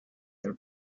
their